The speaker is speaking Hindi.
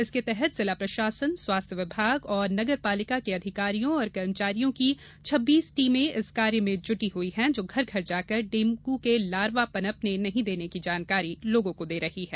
इसके तहत जिला प्रशासन स्वास्थ्य विभाग और नगर पालिका के अधिकारियों और कर्मचारियों की छब्बीस टीमें इस कार्य में जुटी हुईं हैं जो घर घर जाकर डेंगू के लारवा पनपने नहीं देने की जानकारी लोगों को दे रही हैं